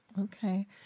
Okay